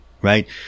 Right